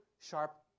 sharp